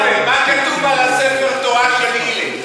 ואתה יודע מה כתוב על ספר התורה של הלל,